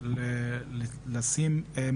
וזה יותר כמובן מטעמי בטיחות.